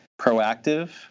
proactive